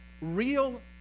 real